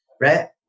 right